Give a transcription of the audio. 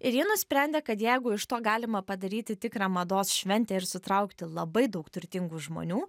ir ji nusprendė kad jeigu iš to galima padaryti tikrą mados šventę ir sutraukti labai daug turtingų žmonių